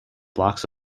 blocks